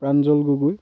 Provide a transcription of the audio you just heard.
Pranjal Gogoi